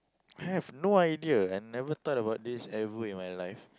I have no idea I never thought about this ever in my life